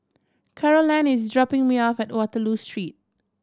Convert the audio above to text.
Carolann is dropping me off at Waterloo Street